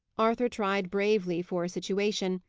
arthur tried bravely for a situation,